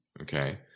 Okay